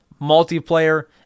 multiplayer